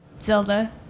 Zelda